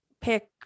pick